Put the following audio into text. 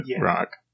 rock